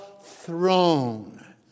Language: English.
throne